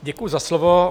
Děkuji za slovo.